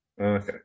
Okay